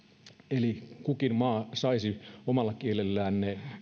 eli kukin maa saisi omalla kielellään ne